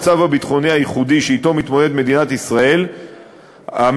לנוכח המצב הביטחוני הייחודי שאתו מדינת ישראל מתמודדת,